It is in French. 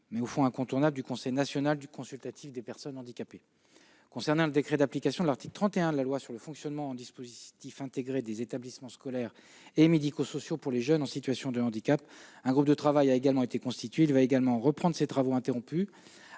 mais au fond incontournable, du Conseil national consultatif des personnes handicapées. Concernant le décret d'application de l'article 31 de la loi relatif au fonctionnement en dispositif intégré des établissements scolaires et médicosociaux pour les jeunes en situation de handicap, un groupe de travail a également été constitué. Il va reprendre ses travaux, avec un